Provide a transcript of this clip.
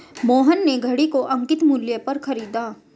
मोहन ने घड़ी को अंकित मूल्य पर खरीदा